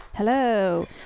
Hello